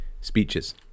speeches